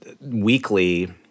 weekly –